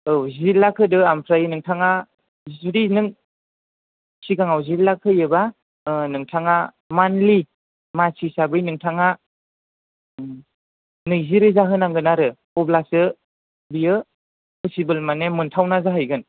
औ जि लाख होदो ओमफ्राय नोंथाङा जुदि नों सिगाङाव जि लाख होयोबा नोंथाङा मानसि मास हिसाबै नोंथाङा नैजि रोजा होनांगोन आरो अब्लासो बियो पसिबोल माने मोनथावना जाहैगोन